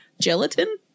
gelatin